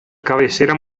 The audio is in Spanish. cabecera